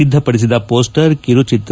ಸಿದ್ದಪಡಿಸಿದ ಹೋಸ್ಸರ್ ಕಿರುಚಿತ್ರ